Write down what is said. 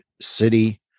city